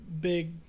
big